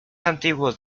antiguos